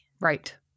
Right